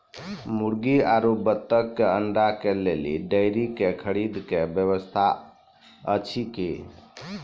मुर्गी आरु बत्तक के अंडा के लेल डेयरी के खरीदे के व्यवस्था अछि कि?